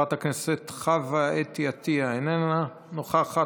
חברת הכנסת חוה אתי עטייה, איננה נוכחת.